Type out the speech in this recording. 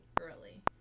early